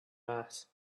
mass